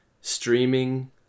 streaming